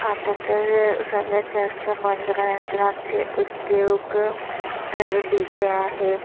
आता तर सगळ्यात जास्त मनोरंजनाचे उद्योग तर डी जे आहे